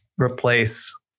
replace